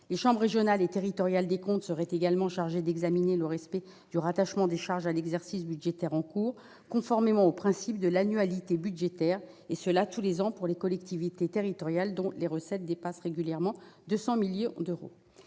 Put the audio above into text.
Les chambres régionales et territoriales des comptes seraient également chargées d'examiner le respect du rattachement des charges à l'exercice budgétaire en cours, conformément au principe de l'annualité budgétaire, et cela tous les ans pour les collectivités territoriales dont les recettes dépassent régulièrement 200 millions d'euros.